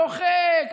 צוחק,